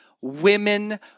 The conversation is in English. women